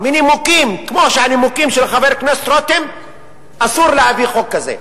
מנימוקים כמו הנימוקים של חבר הכנסת רותם אסור להביא חוק כזה.